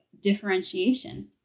differentiation